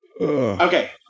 okay